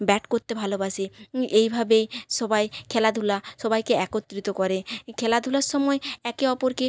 bat করতে ভালোবাসে এইভাবেই সবাই খেলাধুলা সবাইকে একত্রিত করে এ খেলাধুলার সময় একে অপরকে